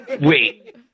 Wait